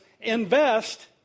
invest